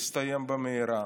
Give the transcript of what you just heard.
יסתיים במהרה.